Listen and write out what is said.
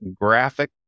graphic